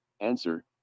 Answer